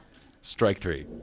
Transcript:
strike three.